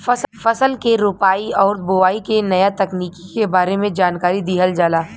फसल के रोपाई आउर बोआई के नया तकनीकी के बारे में जानकारी दिहल जाला